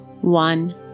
One